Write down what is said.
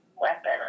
weapon